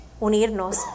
unirnos